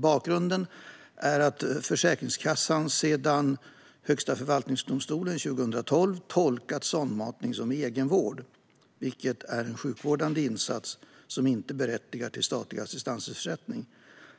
Bakgrunden är att Försäkringskassan sedan Högsta förvaltningsdomstolens dom 2012 tolkat sondmatning som egenvård - en sjukvårdande insats - som inte berättigar till statlig assistansersättning.